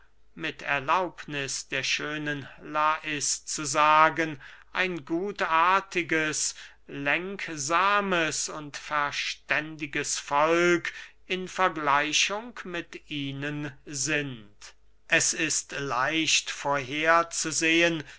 mit erlaubniß der schönen lais zu sagen ein gutartiges lenksames und verständiges volk in vergleichung mit ihnen sind es ist leicht